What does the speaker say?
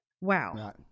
Wow